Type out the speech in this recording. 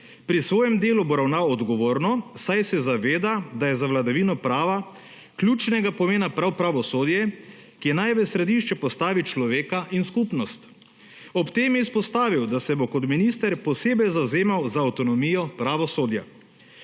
Pri svojem delu bo ravnal odgovorno, saj se zaveda, da je za vladavino prava ključnega pomena prav pravosodje, ki naj v središče postavi človeka in skupnost. Ob tem je izpostavil, da se bo kot minister posebej zavzemal za avtonomijo pravosodja.